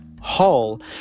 hall